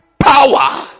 Power